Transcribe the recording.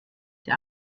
der